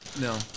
No